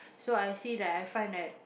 so I see like I find like